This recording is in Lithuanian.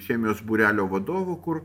chemijos būrelio vadovu kur